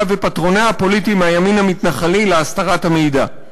ופטרוניה הפוליטיים מהימין המתנחלי להסתרת המידע.